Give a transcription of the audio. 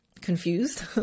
confused